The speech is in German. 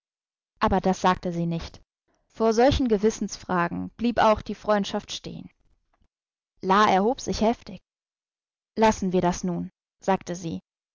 aber das sagte sie nicht vor solchen gewissensfragen blieb auch die freundschaft stehen la erhob sich heftig lassen wir das nun sagte sie